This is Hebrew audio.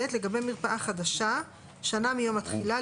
(2)לגבי מרפאה חדשה שנה מיום התחילה,